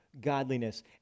godliness